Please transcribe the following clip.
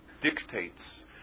dictates